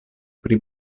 pri